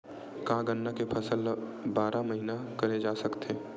का गन्ना के फसल ल बारह महीन करे जा सकथे?